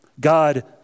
God